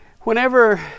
whenever